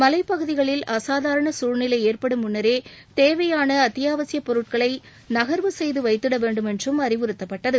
மலைப் பகுதிகளில் அசாதாரண சூழ்நிலை ஏற்படும் முன்னரே தேவையான அத்தியாவசியப் பொருட்களை நகர்வு செய்து வைத்திட வேண்டும் என்றும் அறிவுறுத்தப்பட்டது